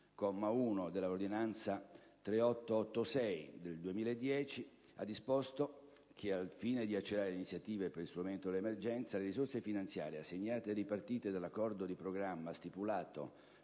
comma 1, dell'ordinanza n. 3886 del 2010 ha disposto che, al fine di accelerare le iniziative per il superamento dell'emergenza, le risorse finanziarie assegnate e ripartite dall'Accordo di programma stipulato